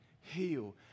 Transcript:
heal